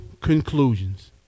conclusions